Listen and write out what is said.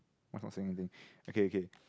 mine not saying anything okay okay